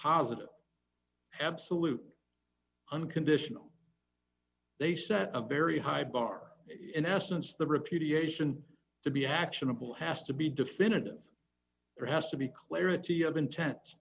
positive absolute unconditional they set a very high bar in essence the repudiation to be actionable has to be definitive there has to be clarity of intense